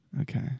Okay